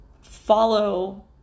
follow